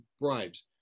bribes